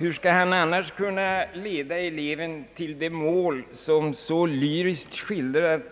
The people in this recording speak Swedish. Hur skall läraren annars kunna leda eleven till det mål som så lyriskt har skildrats